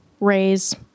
raise